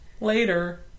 later